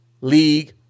league